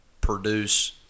produce